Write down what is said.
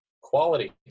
quality